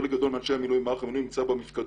חלק גדול מאנשי מערך המילואים נמצא במפקדות,